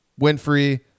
Winfrey